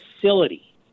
facility